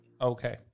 Okay